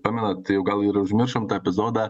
pamenat tai jau gal ir užmiršom tą epizodą